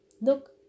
Look